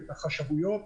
את החשבויות.